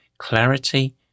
clarity